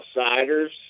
outsiders